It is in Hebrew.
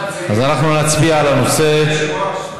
אדוני היושב-ראש,